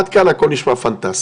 עד כאן הכל נשמע פנטסטי.